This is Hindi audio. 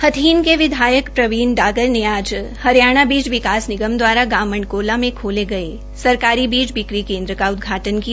हथीन के विधायक प्रवीण डागर ने आज हरियाणा बीज विकास निगम दवारा गांव मंडकोला में खोले गये सरकारी बीज बिक्री केंद्र का उदघाटन किया